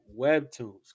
webtoons